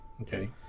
Okay